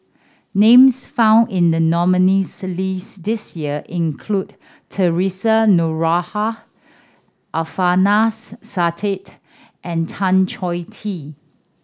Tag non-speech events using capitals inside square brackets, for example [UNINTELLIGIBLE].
names found in the nominees' list this year include Theresa Noronha Alfian [UNINTELLIGIBLE] Sa'at and Tan Chong Tee